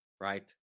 right